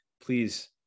please